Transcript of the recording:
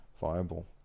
viable